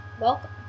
Welcome